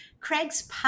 Craig's